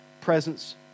presence